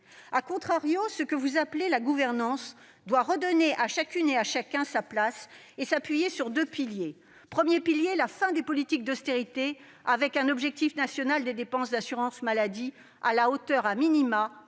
?, ce que vous appelez la gouvernance doit redonner à chacune et à chacun sa place et s'appuyer sur deux piliers : la fin des politiques d'austérité, avec un objectif national des dépenses d'assurance maladie à la hauteur,, de